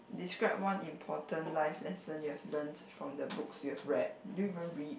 describe one important life lesson you have learnt from the books you've read do you even read